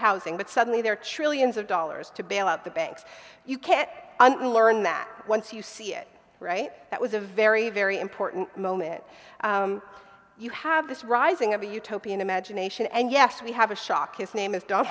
housing but suddenly there are trillions of dollars to bail out the banks you can't unlearn that once you see it right that was a very very important moment you have this rising of a utopian imagination and yes we have a shock his name is d